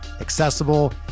accessible